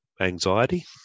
anxiety